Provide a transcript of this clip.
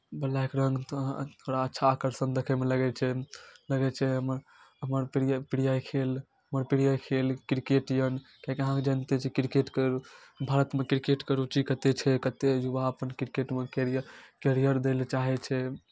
black रङ्ग तऽ बड़ा अच्छा आकर्षण देखैमे लगै छनि लगै छै हमर हमर प्रिय प्रिय खेल हमर प्रिय खेल क्रिकेट यए किएकि अहाँ जनिते छी क्रिकेटके भारतमे क्रिकेटके रूचि कतेक छै कतेक युवा अपन क्रिकेटमे कैरियर कैरियर दैले चाहै छै